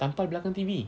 tampal belakang T_V